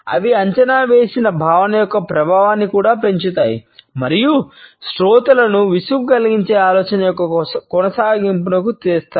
అవి అంచనా వేసిన భావన యొక్క ప్రభావాన్ని కూడా పెంచుతాయి మరియు శ్రోతలను విసుగు కలిగించే ఆలోచన యొక్క కొనసాగింపును తెస్తాయి